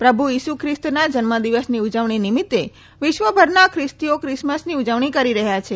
પ્રભુ ઇસુ ખ્રિસ્તના જન્મ દિવસની ઉજવણી નિમિત્ત વિશ્વભરના ખ્રિસ્તીઓ ક્રિસમસની ઉજવણી કરી રહયાં છે